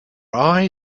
eye